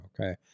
okay